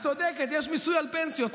את צודקת, יש מיסוי של פנסיות.